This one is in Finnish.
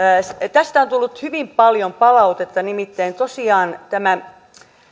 tästä on tullut hyvin paljon palautetta nimittäin tosiaan tästä